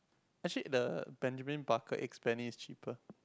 actually the Benjamin Barker eggs bene~ is cheaper